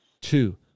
two